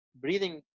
breathing